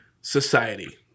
society